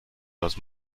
los